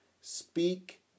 Speak